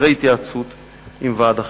אחרי התייעצות עם ועד החינוך.